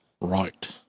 right